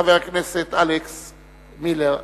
חבר הכנסת אלכס מילר,